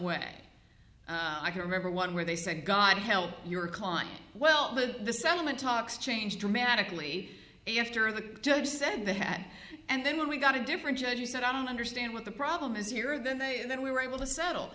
way i can remember one where they said god help your client well that the settlement talks changed dramatically after the judge said they had and then we got a different judge you said i don't understand what the problem is here then they and then we were able to settle